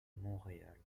montréal